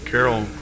Carol